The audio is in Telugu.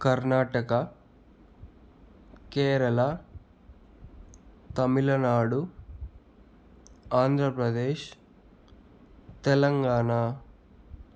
కర్ణాటక కేరళ తమిళనాడు ఆంధ్ర ప్రదేశ్ తెలంగాణ